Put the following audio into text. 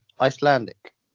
Icelandic